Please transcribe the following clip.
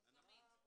12:15.